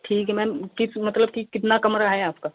ठीक है मेम कित मतलब कितना कमरा है आपका